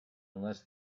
unless